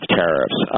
tariffs